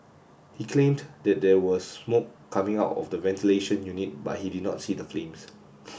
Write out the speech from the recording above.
he claimed that there was smoke coming out of the ventilation unit but he did not see the flames